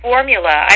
Formula